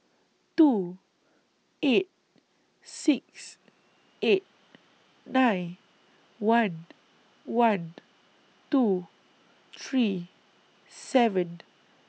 two eight six eight nine one one two three seven